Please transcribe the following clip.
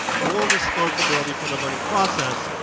more responsibility for the learning process,